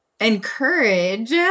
encourage